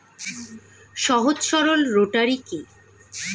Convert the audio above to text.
সহজ সরল রোটারি কি?